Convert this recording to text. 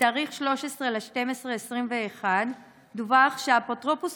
ב-13 בדצמבר 2021 דווח שהאפוטרופוס